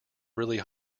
really